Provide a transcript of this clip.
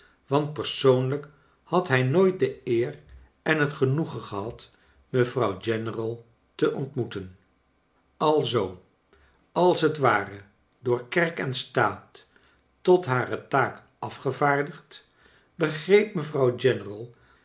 want persoonlijk had hij nooit de ecr en het genoegen gehad mevrouw general te ontmoeten alzoo als t ware door kerk en staat tot hare taak afgevaardigd begreep mevrouw general